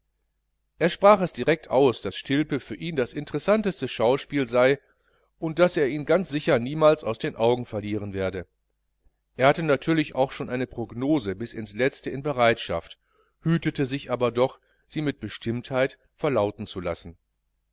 er sprach es direkt aus daß stilpe für ihn das interessanteste schauspiel sei und daß er ihn ganz sicher niemals aus den augen verlieren werde er hatte natürlich auch schon eine prognose bis ins letzte in bereitschaft hütete sich aber doch sie mit bestimmtheit verlauten zu lassen